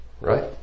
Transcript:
right